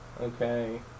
Okay